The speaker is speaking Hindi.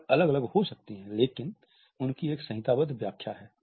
वह अलग अलग हो सकती हैं लेकिन उनकी एक संहिताबद्ध व्याख्या है